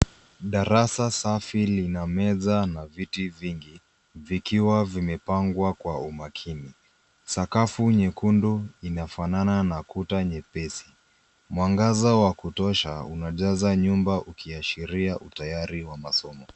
Darasa safi lina meza na viti vingi vikiwa vimepangwa kwa umakini. Sakafu nyekundu inafanana na kuta nyepesi. Mwangaza wa kutosha unajaza nyumba ukiashiria utayari wa masomo.